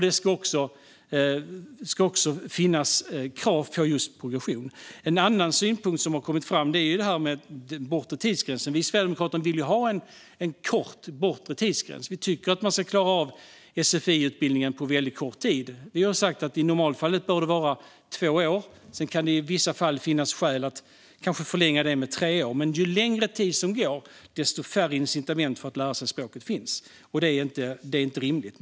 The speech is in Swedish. Det ska också finnas krav på just progression. En annan synpunkt som har kommit fram gäller en bortre tidsgräns. Vi i Sverigedemokraterna vill ha en kort bortre tidsgräns. Vi tycker att man ska klara av sfi-utbildningen på väldigt kort tid. Vi har sagt att det i normalfallet bör vara två år. Sedan kan det i vissa fall finnas skäl att kanske förlänga det med tre år. Men ju längre tid som går desto färre incitament finns det för att lära sig språket. Och detta är inte rimligt.